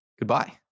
goodbye